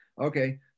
okay